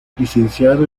licenciado